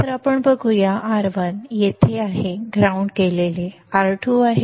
तर आपण बघूया R1 येथे आहे जे ग्राउंड केलेले आहे R2 येथे आहे